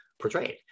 portrayed